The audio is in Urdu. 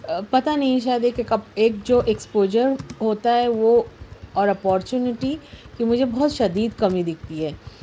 پتا نہیں شاید ایک جو ایکسپوجر ہوتا ہے وہ اور اپارچونیٹی کی مجھے بہت شدید کمی دِکھتی ہے